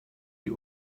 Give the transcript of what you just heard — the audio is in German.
die